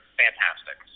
fantastic